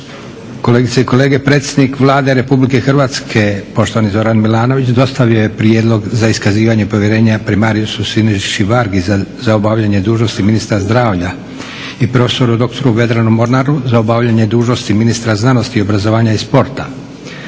Kolegice i kolege, predsjednik Vlade Republike Hrvatske, poštovani Zoran Milanović, dostavio je Prijedlog za iskazivanje povjerenja primariusu Siniši Vargi za obavljanje dužnosti ministra zdravlja i profesoru doktoru Vedranu Mornaru za obavljanje dužnosti ministra znanosti, obrazovanja i sporta.